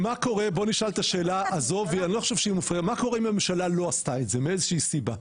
מה קורה אם הממשלה עשתה את זה מאיזושהי סיבה?